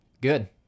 good